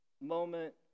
moment